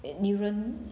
you 忍